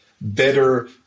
better